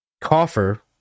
coffer